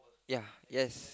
ya yes